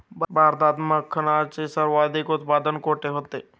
भारतात मखनाचे सर्वाधिक उत्पादन कोठे होते?